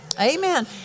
Amen